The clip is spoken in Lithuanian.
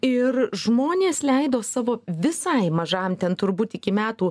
ir žmonės leido savo visai mažam ten turbūt iki metų